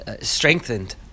Strengthened